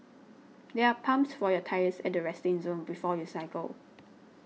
there are pumps for your tyres at the resting zone before you cycle